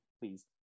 please